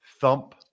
Thump